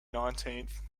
nineteenth